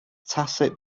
tacit